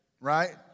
right